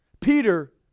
Peter